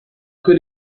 could